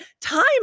Time